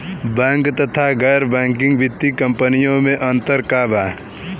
Bank तथा गैर banking वित्तीय कम्पनीयो मे अन्तर का बा?